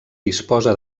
disposa